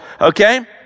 okay